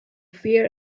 fear